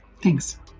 Thanks